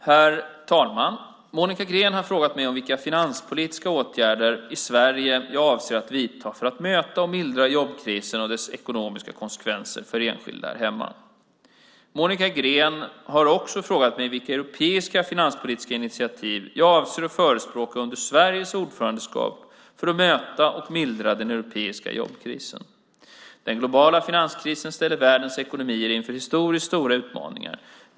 Herr talman! Monica Green har frågat mig vilka finanspolitiska åtgärder i Sverige jag avser att vidta för att möta och mildra jobbkrisen och dess ekonomiska konsekvenser för enskilda här hemma. Monica Green har också frågat mig vilka europeiska finanspolitiska initiativ jag avser att förespråka under Sveriges ordförandeskap för att möta och mildra den europeiska jobbkrisen. Den globala finanskrisen ställer världens ekonomier inför historiskt stora utmaningar.